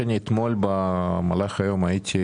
האמת שאני אתמול במהלך היום הייתי,